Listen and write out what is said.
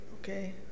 Okay